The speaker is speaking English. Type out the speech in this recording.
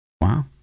Wow